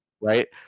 right